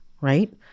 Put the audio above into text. right